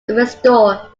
restore